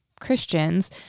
Christians